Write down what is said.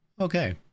Okay